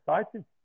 exciting